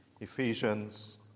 Ephesians